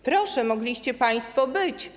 Proszę, mogliście państwo tam być.